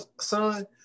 son